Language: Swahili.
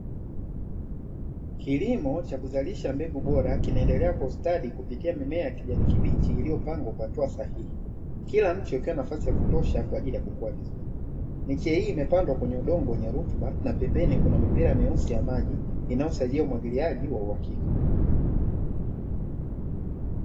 Kilimo cha kuzalisha mbegu bora kinaendelea kwa ustadi kupitia mimea ya kijani kibichi iliyopangwa kwa hatua sahihi, kila mche ikipewa nafasi ya kutosha kwaajili ya kukua vizuri. Miche hii imepandwa kwenye udongo wenye rutuba na pembeni kuna mipira meusi ya maji inayosaidia umwagiliaji wa uhakika.